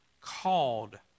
called